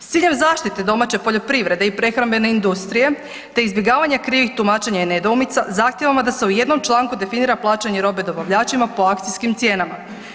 S ciljem zaštite domaće poljoprivrede i prehrambene industrije te izbjegavanje krivih tumačenja i nedoumica zahtijevamo da se u jednom članku definira plaćanje robe dobavljačima po akcijskim cijenama.